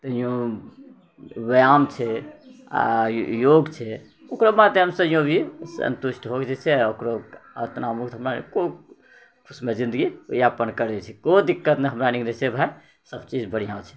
व्यायाम छै आ योग छै ओकर बाद वो भी सन्तुष्ट हो जाइ छै आओर ओकरो तनाव मुक्त खुशमय जिन्दगी यापन करै छै कोइ दिक्कत नहि हमरा सनिके नहि छै सभ चीज बढ़िआँ छै